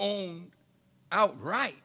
owned out right